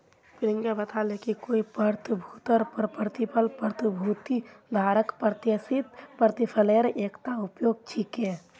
प्रियंका बताले कि कोई प्रतिभूतिर पर प्रतिफल प्रतिभूति धारकक प्रत्याशित प्रतिफलेर एकता उपाय छिके